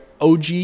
OG